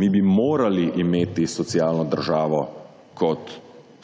Mi bi morali imeti socialno državo kot